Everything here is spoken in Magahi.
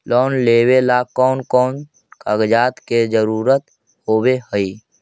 लोन लेबे ला कौन कौन कागजात के जरुरत होबे है?